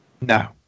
No